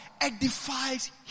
edifies